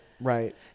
Right